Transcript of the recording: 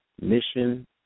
mission